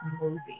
movie